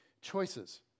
choices